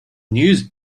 news